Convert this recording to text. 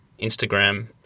Instagram